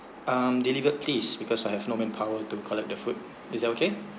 um delivered please because I have no manpower to collect the food is it okay